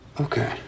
Okay